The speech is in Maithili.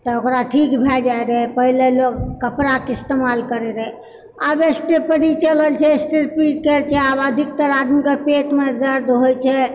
तऽ ओकरा ठीक भए जाइ रहै पहिले लोग कपड़ा कऽ इस्तमाल करैत रहै आब स्टेपरी चलल छै स्ट्रेपी आब अधिकतर आदमीके पेटमे दर्द होइत छै